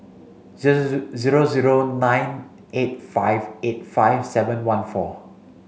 zero zero nine eight five eight five seven one four